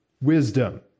wisdom